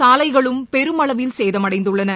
சாலைகளும் பெருமளவில் சேதமடைந்துள்ளன